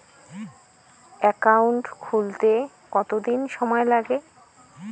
Account খুলতে কতদিন সময় লাগে?